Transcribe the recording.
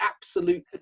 absolute